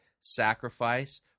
sacrifice